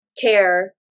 care